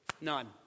None